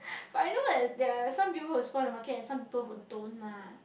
but I know that they are some people who spoil the market and some people who don't lah